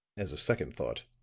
as a second thought.